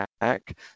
attack